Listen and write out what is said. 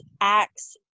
acts